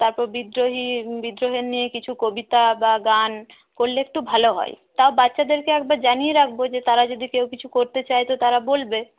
তারপর বিদ্রোহী বিদ্রোহীদের নিয়ে কিছু কবিতা বা গান করলে একটু ভালো হয় তাও বাচ্চাদেরকে একবার জানিয়ে রাখবো যে তারা যদি কেউ কিছু করতে চায় তো তারা বলবে